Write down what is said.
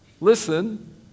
listen